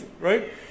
right